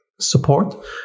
Support